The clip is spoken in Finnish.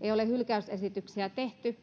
ei ole hylkäysesityksiä tehty